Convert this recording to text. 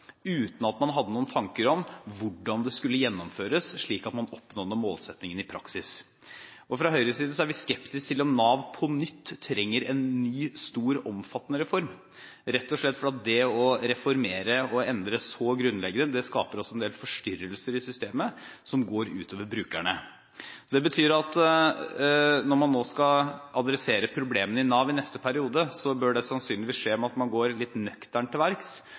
uten at man hadde noen tanker om hvordan det skulle gjennomføres slik at man nådde målsettingene i praksis. Fra Høyres side er vi skeptisk til om Nav på nytt trenger en stor og omfattende reform, rett og slett fordi det å reformere og endre så grunnleggende skaper en del forstyrrelser i systemet som går ut over brukerne. Det betyr at når man nå skal adressere problemene i Nav i neste periode, bør det sannsynligvis skje ved at man går litt nøkternt til verks